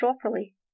properly